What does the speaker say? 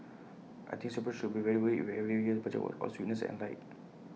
I think Singaporeans should be very worried if every year's budget was all sweetness and light